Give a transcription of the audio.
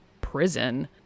prison